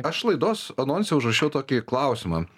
aš laidos anonse užrašiau tokį klausimą